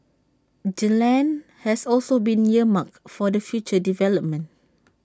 the land has also been earmarked for the future development